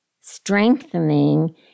strengthening